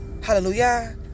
Hallelujah